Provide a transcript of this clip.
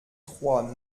trois